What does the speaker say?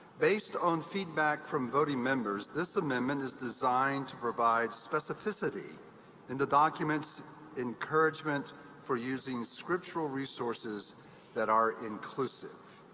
based on feedback from voting members this amendment is designed to provide specificity in the document's encouragement for using scriptural resources that are inclusive.